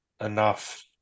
enough